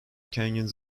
canyons